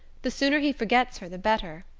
the sooner he forgets her the better.